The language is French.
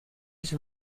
aussi